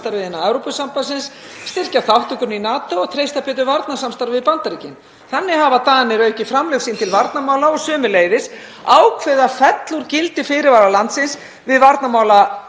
Þannig hafa Danir aukið framlög sín til varnarmála og sömuleiðis ákveðið að fella úr gildi fyrirvara landsins við varnarmálasamstarf